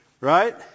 Right